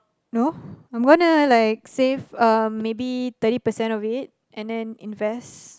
no I'm gonna like save um maybe thirty percent of it and then invest